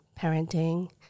parenting